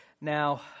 Now